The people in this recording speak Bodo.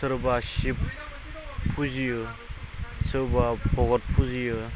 सोरबा सिब फुजियो सोरबा भगवत फुजियो